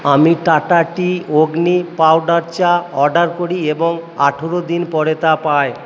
আমি Tata tea Agni powder চা order করি এবং আঠারো দিন পরে তা পায়